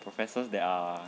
professors that are